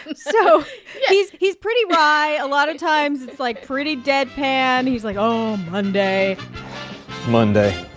so he's he's pretty wry. a lot of times it's, like, pretty deadpan. he's like, oh, monday monday